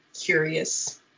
curious